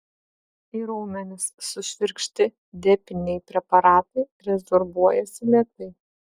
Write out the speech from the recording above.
į raumenis sušvirkšti depiniai preparatai rezorbuojasi lėtai